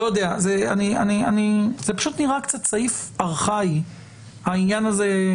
זה פשוט נראה קצת סעיף ארכאי העניין הזה.